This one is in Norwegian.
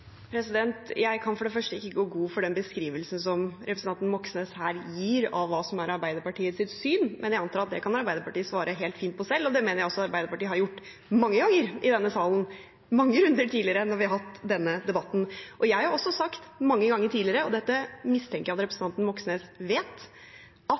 Jeg kan for det første ikke gå god for den beskrivelsen som representanten Moxnes her gir av hva som er Arbeiderpartiets syn, men jeg antar at det kan Arbeiderpartiet svare helt fint på selv, og det mener jeg også Arbeiderpartiet har gjort mange ganger i denne salen i mange runder tidligere når vi har hatt denne debatten. Jeg har også sagt mange ganger tidligere – og dette mistenker jeg at representanten Moxnes vet – at